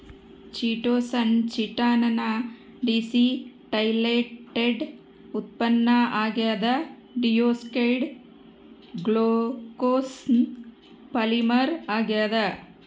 chitosan chitin ನ deacetylated ಉತ್ಪನ್ನ ಆಗ್ಯದ ಡಿಯೋಕ್ಸಿ ಡಿ ಗ್ಲೂಕೋಸ್ನ ಪಾಲಿಮರ್ ಆಗ್ಯಾದ